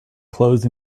closed